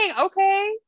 Okay